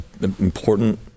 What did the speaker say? important